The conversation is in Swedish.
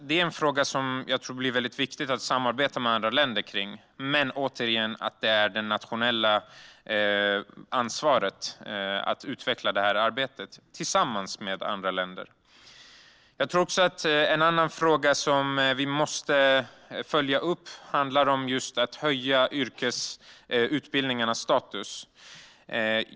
Det är en fråga som det är väldigt viktigt att samarbeta med andra länder om, men återigen: det är det nationella ansvaret att utveckla detta arbete tillsammans med andra länder. Den andra punkten som vi måste följa upp handlar om att höja yrkesutbildningarnas status.